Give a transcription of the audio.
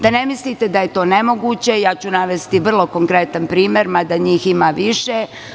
Da ne mislite da je to nemoguće, navešću vrlo konkretan primer, mada njih ima više.